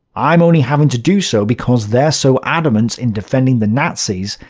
i'm only having to do so because they're so adamant in defending the nazis,